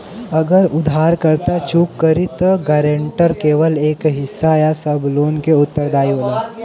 अगर उधारकर्ता चूक करि त गारंटर केवल एक हिस्सा या सब लोन क उत्तरदायी होला